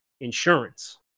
insurance